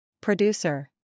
Producer